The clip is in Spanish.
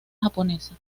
japonesa